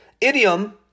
idiom